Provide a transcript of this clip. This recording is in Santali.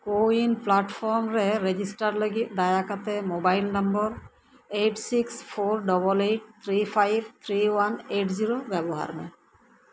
ᱠᱳᱼᱩᱭᱤᱱ ᱯᱞᱟᱴ ᱯᱷᱚᱨᱢ ᱨᱮ ᱨᱮᱡᱤᱥᱴᱟᱨ ᱞᱟᱹᱜᱤᱫ ᱫᱟᱭᱟ ᱠᱟᱛᱮᱫ mobile number eight six four double eight three five three one eight zero ᱵᱮᱵᱚᱦᱟᱨ ᱢᱮ